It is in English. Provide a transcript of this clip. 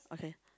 okay